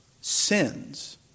sins